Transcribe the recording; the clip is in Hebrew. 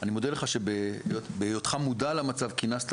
ואני מודה לך שבהיותך מודע למצב כינסת